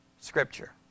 Scripture